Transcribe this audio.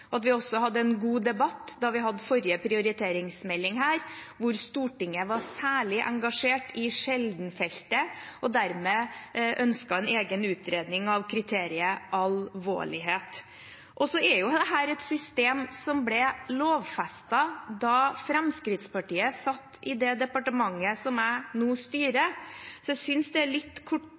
og alvorlighet. Vi hadde også en god debatt da vi hadde forrige prioriteringsmelding, hvor Stortinget var særlig engasjert i sjelden-feltet, og dermed ønsket en egen utredning av kriteriet alvorlighet. Dette er et system som ble lovfestet da Fremskrittspartiet satt i det departementet som jeg nå styrer. Så jeg synes det er litt